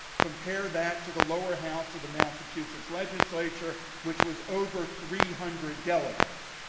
compare that to the lower house of the massachusetts legislature, which was over three hundred delegates.